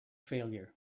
failure